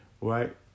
right